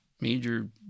major